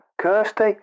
Kirsty